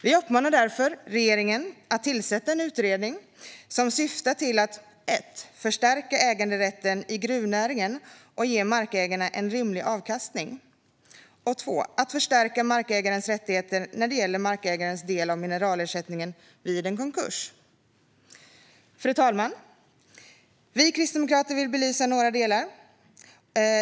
Vi uppmanar därför regeringen att tillsätta en utredning som syftar till att för det första förstärka äganderätten i gruvnäringen och ge markägarna en rimlig avkastning och för det andra förstärka markägarens rättigheter när det gäller markägarens del av mineralersättningen vid en konkurs. Fru talman! Vi kristdemokrater vill belysa några delar i detta.